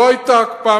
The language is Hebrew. לא היתה הקפאה,